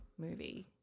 movie